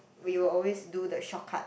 we will always do the short cut